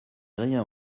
rien